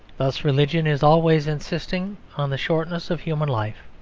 thus religion is always insisting on the shortness of human life.